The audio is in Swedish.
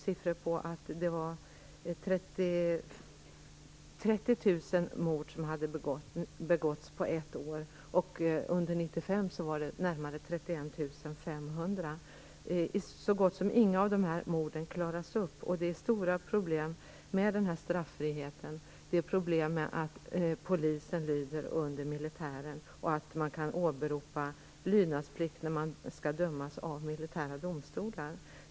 Situationen har förvärrats och är mer dramatisk än tidigare. närmare 31 500. Så gott som inga av dessa mord klaras upp. Det är stora problem på grund av straffrihet - poliserna lyder under militären och kan åberopa lydnadsplikt när de skall dömas av militära domstolar.